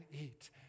eat